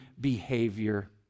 behavior